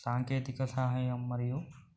సాంకేతిక సహాయం మరియు